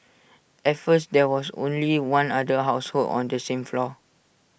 at first there was only one other household on the same floor